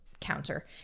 counter